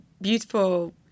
beautiful